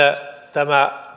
tämä